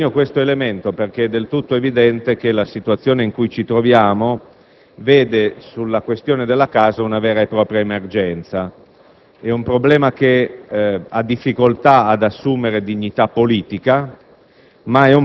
Sottolineo questo elemento, perché è del tutto evidente che la situazione in cui ci troviamo registra, sulla questione della casa, una vera e propria emergenza. Si tratta di un problema che ha difficoltà ad assumere dignità politica,